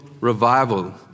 revival